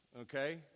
Okay